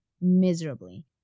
miserably